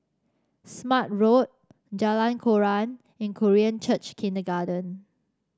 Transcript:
Smart Road Jalan Koran and Korean Church Kindergarten